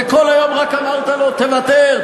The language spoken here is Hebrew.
וכל היום רק אמרת לו: תוותר,